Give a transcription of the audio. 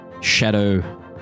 shadow